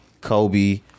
Kobe